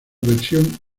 versión